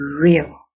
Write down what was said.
real